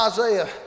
Isaiah